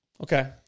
Okay